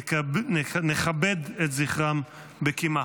נכבד את זכרם בקימה.